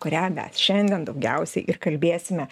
kurią mes šiandien daugiausiai ir kalbėsime